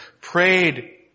prayed